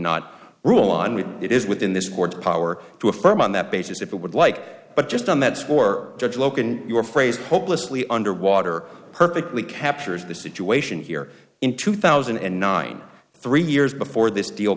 not rule on with it is within this court's power to affirm on that basis if it would like but just on that score judge loken your phrase hopelessly underwater perfectly captures the situation here in two thousand and nine three years before this deal